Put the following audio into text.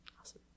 Awesome